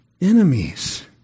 enemies